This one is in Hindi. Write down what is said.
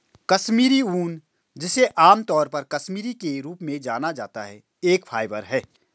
कश्मीरी ऊन, जिसे आमतौर पर कश्मीरी के रूप में जाना जाता है, एक फाइबर है